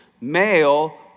Male